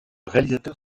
réalisateur